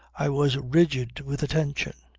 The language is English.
i was rigid with attention.